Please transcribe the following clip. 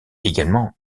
également